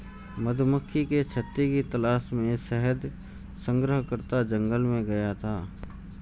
मधुमक्खी के छत्ते की तलाश में शहद संग्रहकर्ता जंगल में गया था